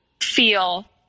feel